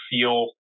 feel